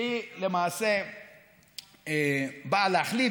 שלמעשה באה להחליף,